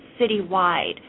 citywide